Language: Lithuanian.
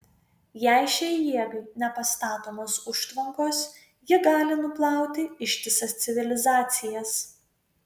jei šiai jėgai nepastatomos užtvankos ji gali nuplauti ištisas civilizacijas